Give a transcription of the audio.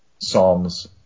Psalms